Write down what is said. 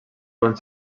van